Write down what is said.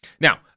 Now